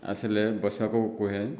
ଆସିଲେ ବସିବାକୁ କହେ